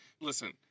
Listen